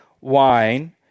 wine